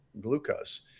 glucose